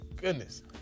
goodness